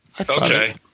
Okay